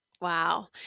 Wow